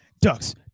Ducks